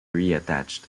reattached